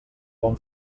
bon